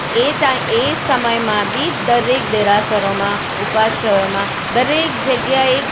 એ એ સમયમાં બી દરેક દેરાસરોમાં ઉપાશ્રયોમાં દરેક જગ્યાએ